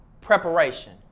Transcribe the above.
preparation